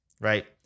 right